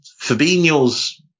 Fabinho's